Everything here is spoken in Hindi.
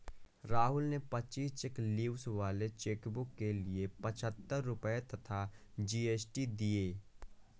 राहुल ने पच्चीस चेक लीव्स वाले चेकबुक के लिए पच्छत्तर रुपये तथा जी.एस.टी दिए